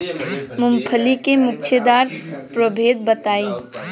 मूँगफली के गूछेदार प्रभेद बताई?